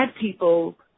people